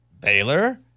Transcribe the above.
Baylor